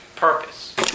purpose